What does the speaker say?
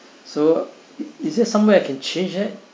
so is it somewhere I can change it